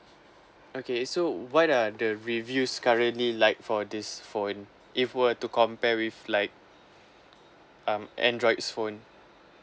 okay so what are the reviews currently like for this phone if were to compare with like um android's phone